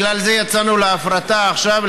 בגלל זה יצאנו להפרטה עכשיו,